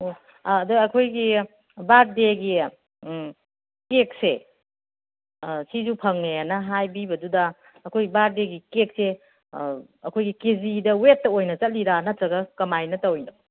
ꯑꯣ ꯑꯗꯣ ꯑꯩꯈꯣꯏꯒꯤ ꯕꯥꯔꯠꯗꯦꯒꯤ ꯀꯦꯛꯁꯦ ꯁꯤꯁꯨ ꯐꯪꯉꯦꯅ ꯍꯥꯏꯕꯤꯕꯗꯨꯗ ꯑꯩꯈꯣꯏ ꯕꯥꯔꯠꯗꯦꯒꯤ ꯀꯦꯛꯁꯦ ꯑꯩꯈꯣꯏꯒꯤ ꯀꯦ ꯖꯤꯗ ꯋꯦꯠꯇ ꯑꯣꯏꯅ ꯆꯠꯂꯤꯔ ꯅꯠꯇ꯭ꯔꯒ ꯀꯃꯥꯏꯅ ꯇꯧꯏꯅꯣ